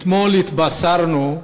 אתמול התבשרנו בתקשורת,